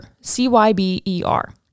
c-y-b-e-r